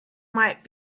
might